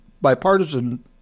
bipartisan